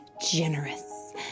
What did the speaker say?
generous